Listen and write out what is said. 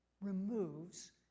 removes